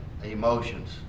emotions